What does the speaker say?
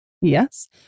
Yes